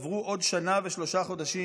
עברו עוד שנה ושלושה חודשים.